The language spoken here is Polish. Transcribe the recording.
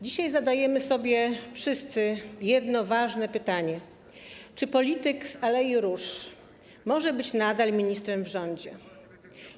Dzisiaj zadajemy sobie wszyscy jedno ważne pytanie: Czy polityk z alei Róż może być nadal ministrem w rządzie?